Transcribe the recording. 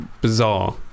bizarre